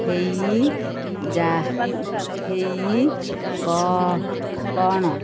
ହେଇ ଯା ହେଇ କ କ'ଣ